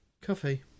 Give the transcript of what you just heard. coffee